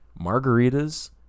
margaritas